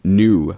new